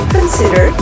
consider